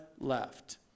left